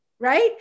Right